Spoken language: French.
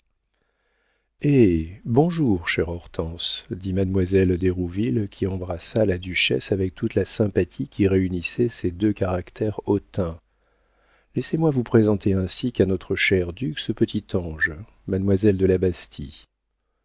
eh bonjour chère hortense dit mademoiselle d'hérouville qui embrassa la duchesse avec toute la sympathie qui réunissait ces deux caractères hautains laissez-moi vous présenter ainsi qu'à notre cher duc ce petit ange mademoiselle de la bastie